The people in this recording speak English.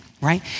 Right